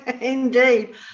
Indeed